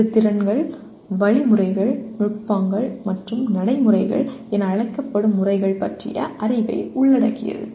இது திறன்கள் வழிமுறைகள் நுட்பங்கள் மற்றும் நடைமுறைகள் என அழைக்கப்படும் முறைகள் பற்றிய அறிவை உள்ளடக்கியது